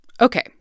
Okay